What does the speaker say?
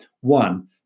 One